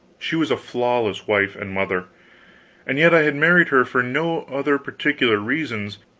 she was a flawless wife and mother and yet i had married her for no other particular reasons,